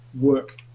work